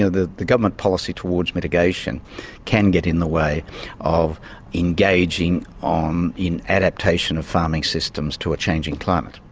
ah the the government policy towards mitigation can get in the way of engaging um in adaptation of farming systems to a changing climate.